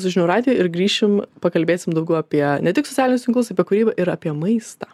su žinių radiju ir grįšim pakalbėsim daugiau apie ne tik socialinius tinklus apie kūrybą ir apie maistą